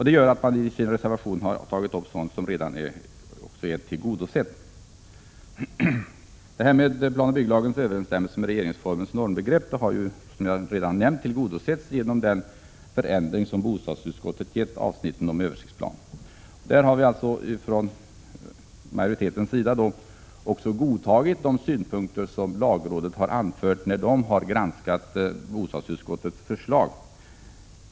Därför har man i sin reservation tagit upp yrkanden som redan tillgodosetts i majoritetens förslag. Kravet på planoch bygglagens överensstämmelse med regeringsformens normbegrepp har tillgodosetts genom den förändring som bostadsutskottet har givit avsnitten om översiktsplan. Majoriteten har godtagit de synpunkter som lagrådet har anfört i sin granskning av bostadsutskottets förslag.